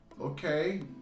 okay